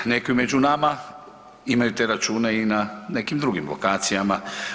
Neki među nama imaju te račune i na nekim drugim lokacijama.